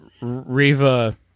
Riva